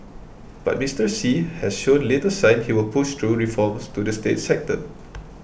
but Mister Xi has shown little sign he will push through reforms to the state sector